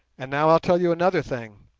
and now i'll tell you another thing,